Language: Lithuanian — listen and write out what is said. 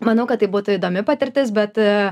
manau kad tai būtų įdomi patirtis bet